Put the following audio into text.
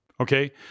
Okay